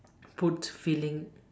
puts filling